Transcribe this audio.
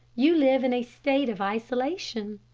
you live in a state of isolation.